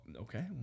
okay